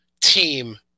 team